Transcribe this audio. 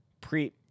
pre